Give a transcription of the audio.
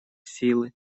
силы